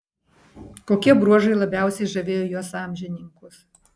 kokie bruožai labiausiai žavėjo jos amžininkus